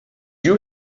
you